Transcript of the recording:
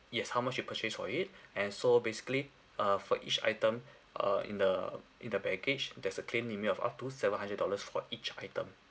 yes how much you purchase for it and so basically uh for each item uh in the in the baggage there's a claim limit of up to seven hundred dollars for each item